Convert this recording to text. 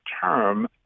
term